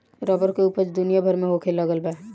rubber के ऊपज दुनिया भर में होखे लगल बा